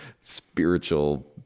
spiritual